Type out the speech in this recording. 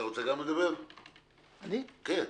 גם לכם